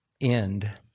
end